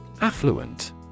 Affluent